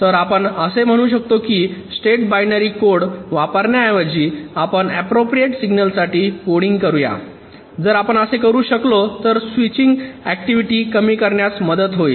तर आपण असे म्हणू शकतो की स्ट्रेट बायनरी कोड वापरण्याऐवजी आपण अप्प्रोप्रिएट सिग्नलसाठी कोडिंग करूया जर आपण असे करू शकलो तर स्विचिंग ऍक्टिव्हिटी कमी करण्यास मदत होईल